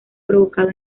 provocado